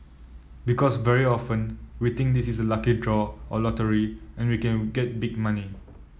because very often we think this is a lucky draw or lottery and we can get big money